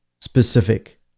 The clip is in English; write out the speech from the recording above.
specific